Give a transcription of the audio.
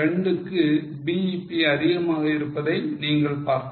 2 க்கு BEP அதிகமாக இருப்பதை நீங்கள் பார்க்கலாம்